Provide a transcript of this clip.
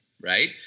right